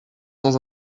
sans